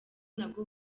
nabwo